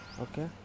okay